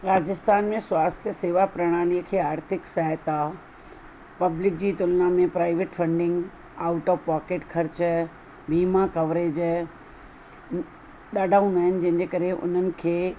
राजस्थान में स्वास्थ्य सेवा प्रणालीअ खे आर्थिक सहायता पब्लिक जी तुलना में private funding out of pocket ख़र्च वीमा कवरेज ॾाढा हूंदा आहिनि जंहिं जे करे उन्हनि खे